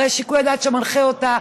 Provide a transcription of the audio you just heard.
הרי שיקול הדעת שמנחה אותה,